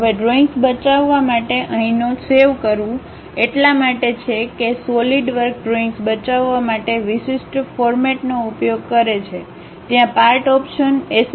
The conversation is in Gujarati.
હવે ડ્રોઇંગ્સ બચાવવા માટે અહીંનો સેવ કરવું એટલા માટે છે કે સોલિડવર્ક ડ્રોઇંગ્સ બચાવવા માટે વિશિષ્ટ ફોર્મેટનો ઉપયોગ કરે છે ત્યાં પાર્ટ ઓપ્શન એસ